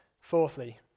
Fourthly